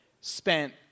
spent